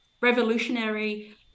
revolutionary